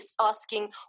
asking